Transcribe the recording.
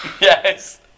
Yes